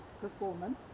performance